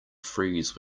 freeze